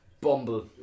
Bumble